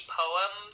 poem